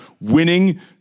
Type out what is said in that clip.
Winning